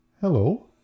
Hello